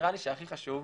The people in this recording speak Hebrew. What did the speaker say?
נראה לי שהכי חשוב,